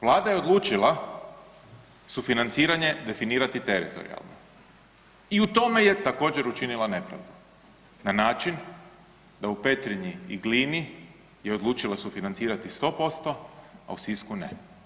Vlada je odlučila sufinanciranje definirati teritorijalno i u tome je također učinila nepravdu na način da u Petrinji i Glini je odlučila sufinancirati sto posto, a u Sisku ne.